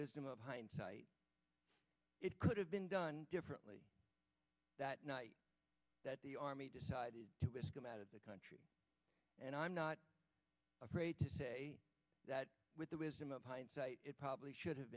wisdom of hindsight it could have been done differently that night that the army decided to whisk him out of the country and i'm not afraid to say that with the wisdom of hindsight it probably should have